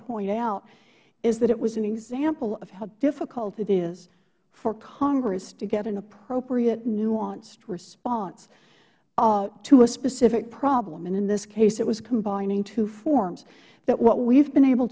point out is that it was an example of how difficult it is for congress to get an appropriate nuanced response to a specific problem and in this case it was combining two forms but what we have been able